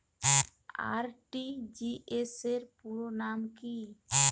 RTGS র পুরো নাম কি?